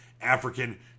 African